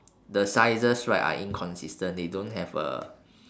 the sizes right are inconsistent they don't have uh